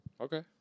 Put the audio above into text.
Okay